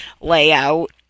layout